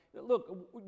Look